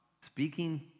speaking